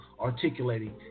articulating